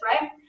right